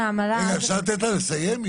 רגע, אפשר לתת לה לסיים?